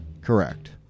Correct